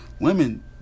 women